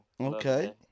Okay